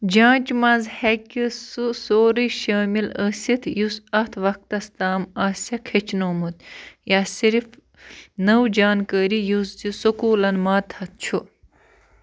جانٛچہِ منٛز ہٮ۪کہِ سُہ سورُے شٲمِل ٲسِتھ یُس اَتھ وَقتَس تام آسٮ۪کھ ہیٚچھنومُت یا صرف نٔو جانکٲری یُس زِ سکوٗلَن ماتحت چھُ